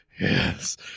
Yes